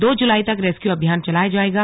दो जुलाई तक रेस्क्यू अभियान चलाया जाएगा